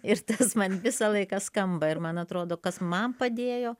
ir tas man visą laiką skamba ir man atrodo kas man padėjo